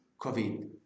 COVID